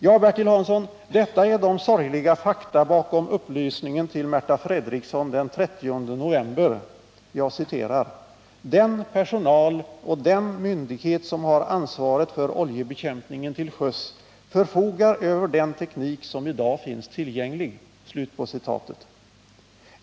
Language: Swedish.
Ja, Bertil Hansson, detta är de sorgliga fakta bakom upplysningen till Märta Fredrikson den 30 november att ”den personal och den myndighet som har ansvaret för oljebekämpningen till sjöss förfogar över den teknik som i dag finns tillgänglig”.